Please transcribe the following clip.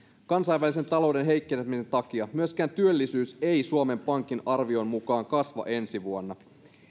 kansainvälisen talouden heikkenemisen takia myöskään työllisyys ei suomen pankin arvion mukaan kasva ensi vuonna